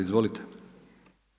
Izvolite.